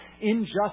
Injustice